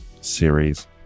series